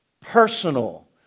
personal